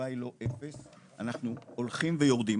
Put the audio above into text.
אנחנו הולכים ויורדים,